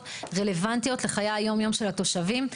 רלוונטיות לחיי היום-יום של התושבים.